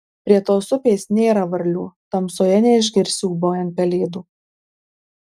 prie tos upės nėra varlių tamsoje neišgirsi ūbaujant pelėdų